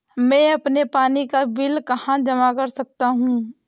मैं अपने पानी का बिल कहाँ जमा कर सकता हूँ?